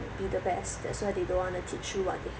to be the best that's why they don't want to teach you what